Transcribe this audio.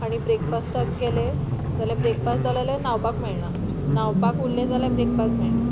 आनी ब्रेकफास्टाक गेलें जाल्यार ब्रेकफास्ट जालो आल्या न्हांवपाक मेळना न्हांवपाक उरलें जाल्यार ब्रेकफास्ट मेळना